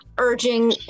Urging